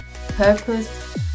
purpose